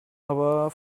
aber